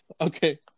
Okay